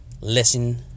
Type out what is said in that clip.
listen